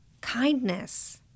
kindness